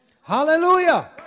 Hallelujah